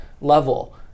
level